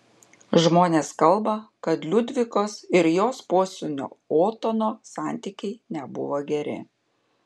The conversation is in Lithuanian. žmonės kalba kad liudvikos ir jos posūnio otono santykiai nebuvo geri